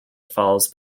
falls